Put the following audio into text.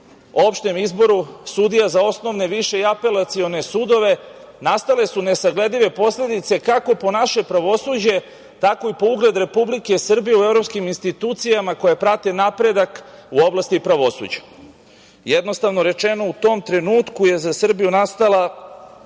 opštem izboru sudija za osnovne, više i apelacione sudove, nastale su nesagledive posledice kako po naše pravosuđe, tako i po ugled Republike Srbije u evropskim institucijama koje prate napredak u oblasti pravosuđa. Jednostavno rečeno, u tom trenutku je za Srbiju nastala